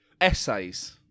Essays